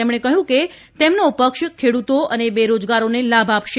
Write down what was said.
તેમણે કહ્યું કે તેમનો પક્ષ ખેડૂતો અને બેરોજગારોને લાભ આપશે